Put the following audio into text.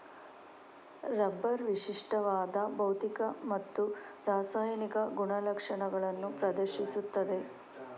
rubber ವಿಶಿಷ್ಟವಾದ ಭೌತಿಕ ಮತ್ತು ರಾಸಾಯನಿಕ ಗುಣಲಕ್ಷಣಗಳನ್ನು ಪ್ರದರ್ಶಿಸುತ್ತದೆ